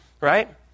right